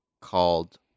called